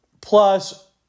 plus